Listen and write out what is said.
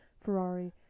Ferrari